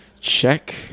check